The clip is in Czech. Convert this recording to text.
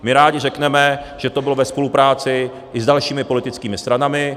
My rádi řekneme, že to bylo ve spolupráci i s dalšími politickými stranami.